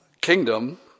kingdom